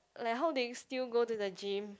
like how they still go to the gym